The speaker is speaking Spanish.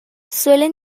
suelen